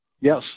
Yes